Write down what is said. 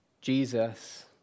Jesus